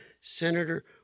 Senator